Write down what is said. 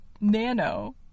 nano